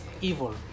evil